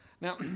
Now